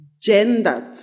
gendered